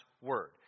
word